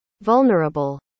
vulnerable